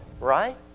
right